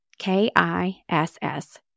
K-I-S-S